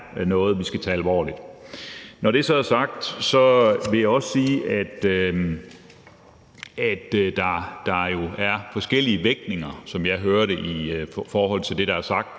noget, vi skal tage alvorligt. Når det så er sagt, vil jeg også sige, at der jo er forskellige vægtninger, som jeg hører det på det, der er sagt